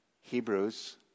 Hebrews